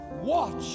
watch